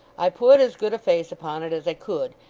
i put as good a face upon it as i could,